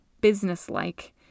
businesslike